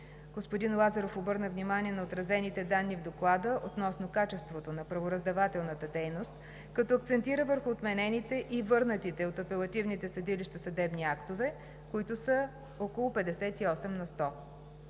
Господин Лазаров обърна внимание на отразените данни в Доклада относно качеството на правораздавателната дейност, като акцентира върху отменените и върнатите от апелативните съдилища съдебни актове, които са около 58 на сто.